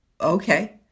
Okay